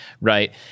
Right